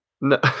No